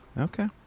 Okay